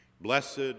Blessed